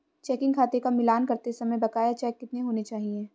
Checking खाते का मिलान करते समय बकाया चेक कितने होने चाहिए?